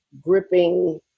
gripping